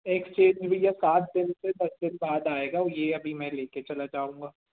exchange भैया सात दिन से दस दिन बाद आएगा ओ यह अभी मैं ले कर चला जाऊँगा